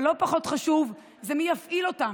אבל לא פחות חשוב זה מי יפעיל אותם.